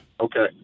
Okay